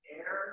air